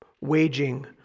waging